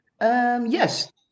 yes